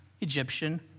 Egyptian